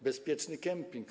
Bezpieczny camping.